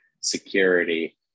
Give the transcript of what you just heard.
security